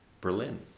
Berlin